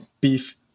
Beef